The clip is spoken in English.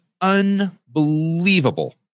unbelievable